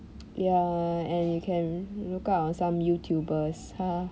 ya and you can look out on some youtubers